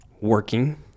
working